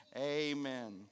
Amen